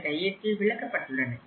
இந்த கையேட்டில் விளக்கப்பட்டுள்ளன